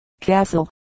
Castle